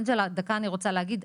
אנג'לה דקה אני רוצה להגיד.